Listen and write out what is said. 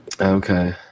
Okay